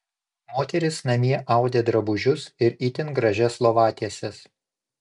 moterys namie audė drabužius ir itin gražias lovatieses